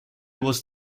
was